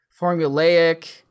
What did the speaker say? formulaic